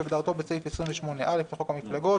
כהגדרתו בסעיף 28א לחוק המפלגות.